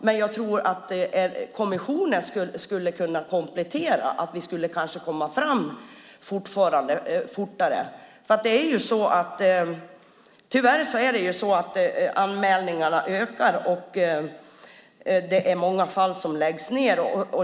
Men jag tror att en kommission skulle kunna vara ett komplement och göra att vi kanske skulle komma fram fortare. Tyvärr ökar anmälningarna, och det är många fall som läggs ned.